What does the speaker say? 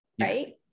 right